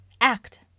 Act